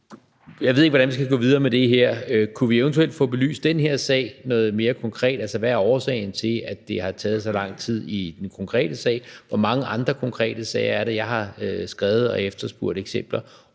Jeg ved ikke, hvordan vi skal gå videre med det her. Kunne vi eventuelt få belyst den her sag mere konkret? Altså, hvad er årsagen til, at det har taget så lang tid i den konkrete sag? Hvor mange andre konkrete sager er der? Jeg har skrevet og efterspurgt eksempler